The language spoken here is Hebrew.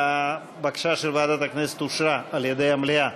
הבקשה של ועדת הכנסת אושרה על-ידי המליאה.